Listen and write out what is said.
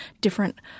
different